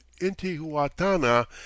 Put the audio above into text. intihuatana